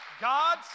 God